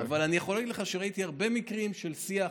אבל אני יכול להגיד לך שראיתי הרבה מקרים של שיח,